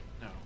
No